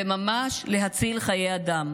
וממש להציל חיי אדם.